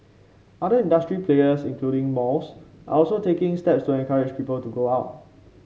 other industry players including malls are also taking steps to encourage people to go out